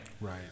Right